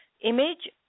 image